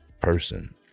person